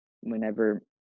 whenever